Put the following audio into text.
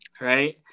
right